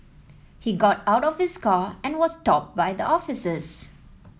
he got out of his car and was stopped by the officers